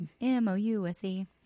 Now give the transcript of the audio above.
M-O-U-S-E